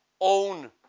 own